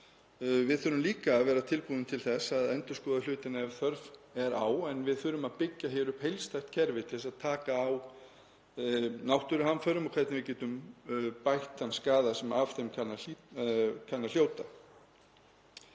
Við þurfum líka að vera tilbúin til þess að endurskoða hlutina ef þörf er á. Við þurfum að byggja upp heildstætt kerfi til að taka á náttúruhamförum og hvernig við getum bætt þann skaða sem af þeim kann að hljótast.